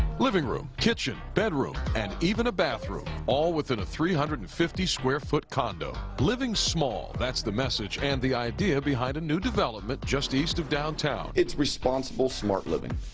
living room, kitchen, bedroom, and even a bathroom. all within a three hundred and fifty square foot condo. living small, that's the message and the idea behind a new development just east of downtown. it's responsible smart living.